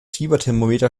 fieberthermometer